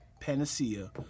panacea